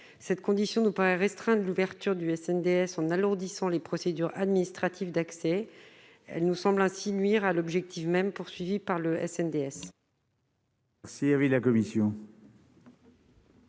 cette condition : ne pas restreindre l'ouverture du SDS en alourdissant les procédures administratives d'accès, elle nous semble ainsi nuire à l'objectif même poursuivi par le SNPL.